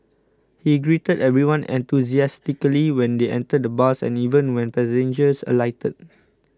he greeted everyone enthusiastically when they entered the bus and even when passengers alighted